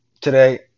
today